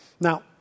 Now